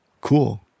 cool